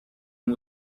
and